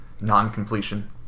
non-completion